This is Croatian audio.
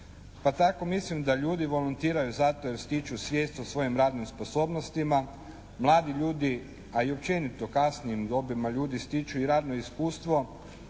Pa tako mislim da ljudi volontiraju zato jer stiču svijest o svojim radnim sposobnostima. Mladi ljudi, a i općenito u kasnijim dobima ljudi stiču i radno iskustvo.